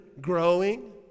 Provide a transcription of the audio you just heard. growing